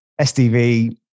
SDV